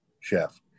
chef